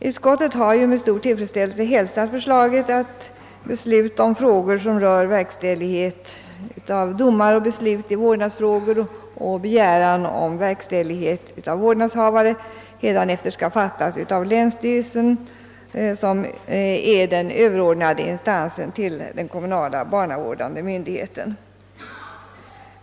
Utskottet har med stor tillfredsställelse hälsat förslaget att beslut i frågor som rör verkställighet av domar och beslut i vårdnadsfrågor samt begäran av verkställighet av vårdnadshavare hädanefter skall fattas av länsstyrelsen, som är den överordnade instansen till den kommunala barnavårdande myndigheten.